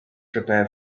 prepare